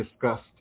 discussed